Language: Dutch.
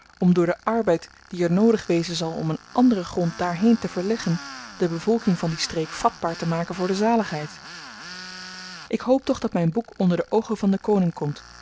om door den arbeid die er noodig wezen zal om een anderen grond daarheen te verleggen de bevolking van die streek vatbaar te maken voor de zaligheid ik hoop toch dat myn boek onder de oogen van den koning komt